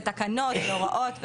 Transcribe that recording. בהוראות,